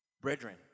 brethren